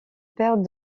père